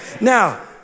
Now